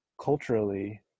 culturally